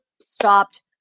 stopped